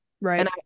Right